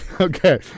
Okay